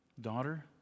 daughter